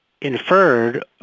inferred